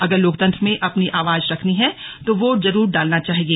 अगर लोकतन्त्र में अपनी आवाज रखनी है तो वोट जरूर डालना चाहिए